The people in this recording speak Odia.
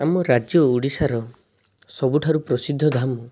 ଆମ ରାଜ୍ୟ ଓଡ଼ିଶାର ସବୁଠାରୁ ପ୍ରସିଦ୍ଧ ଧାମ